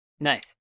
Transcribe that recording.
Nice